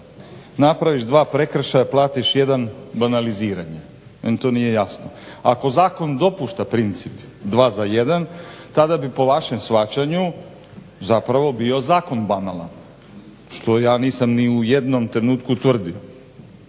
napraviš dva prekršaja platiš jedan banaliziranje meni to nije jasno. Ako zakon dopušta princip dva za jedan, tada bi po vašem shvaćanju zapravo bio zakon banalan što ja nisam ni u jednom trenutku ustvrdio.